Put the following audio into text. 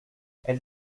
elle